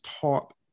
taught